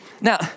Now